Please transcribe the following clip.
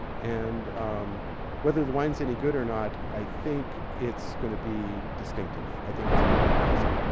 and whether the wine's any good or not, i think it's gonna be distinctive. i think it's gonna be amazing.